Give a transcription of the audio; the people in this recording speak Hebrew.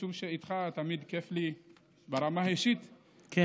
משום שאיתך תמיד כיף לי ברמה האישית כן.